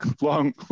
long